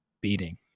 beating